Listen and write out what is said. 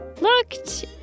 looked